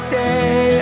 day